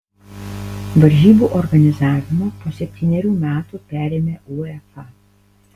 varžybų organizavimą po septynerių metų perėmė uefa